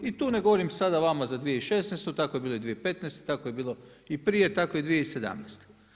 I tu ne govorim sada vama za 2016., tako je bilo i 2015., tako je bilo i prije, tako i 2017.